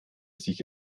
sich